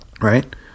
Right